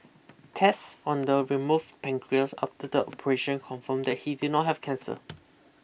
tests on the removed pancreas after the operation confirmed that he did not have cancer